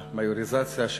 המיוריזציה,